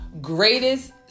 greatest